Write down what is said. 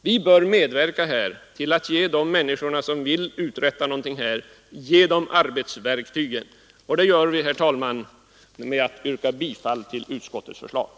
Vi bör medverka till att ge arbetsverktygen till de människor som vill uträtta något. Och det gör vi, herr talman, genom att bifalla utskottets hemställan.